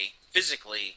physically